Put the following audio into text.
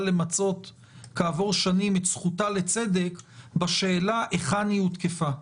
למצות כעבור שנים את זכותה לצדק תלויה בשאלה היכן היא הותקפה.